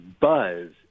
buzz